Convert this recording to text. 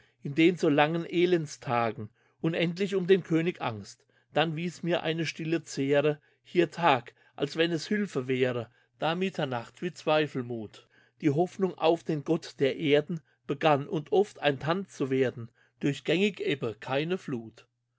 in den so langen elendstagen unendlich um den könig bangst dann wies mir eine stille zähre hier tag als wenn es hülfe wäre da mitternacht wie zweifelmuth die hoffnung auf den gott der erden begann und oft ein tand zu werden durchgängig ebbe keine fluth